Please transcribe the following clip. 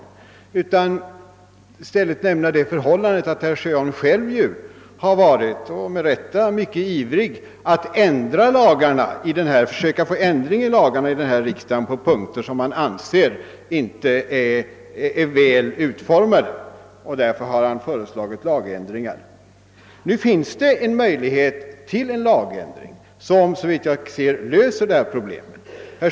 I stället skall jag nämna det förhållandet att herr Sjöholm själv har varit — och det med rätta — mycket ivrig att försöka få ändring av lagarna på punkter som han anser vara mindre väl utformade och därför föreslagit riksdagen lagändringar. Nu finns det möjlighet till en lagändring, som såvitt jag kan förstå löser det problem, som vi nu diskuterar.